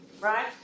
right